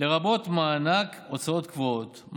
לרבות מענק הוצאות קבועות,